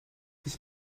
ich